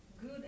good